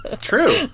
True